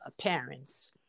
parents